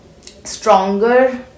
stronger